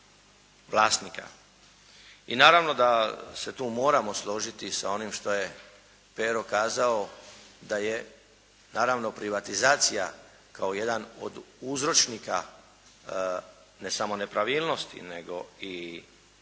I naravno da se tu moramo složiti sa onim što je Pero kazao da je naravno privatizacija kao jedan od uzročnika ne samo nepravilnosti nego i onoga